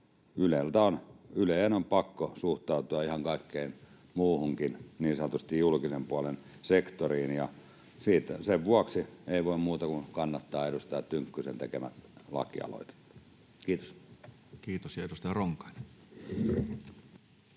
Yleen on pakko suhtautua niin kuin ihan kaikkeen muuhunkin niin sanotusti julkisen puolen sektoriin. Sen vuoksi ei voi muuta kuin kannattaa edustaja Tynkkysen tekemää laki-aloitetta. — Kiitos. [Speech 88] Speaker: Toinen